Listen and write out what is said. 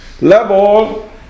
level